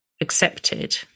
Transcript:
accepted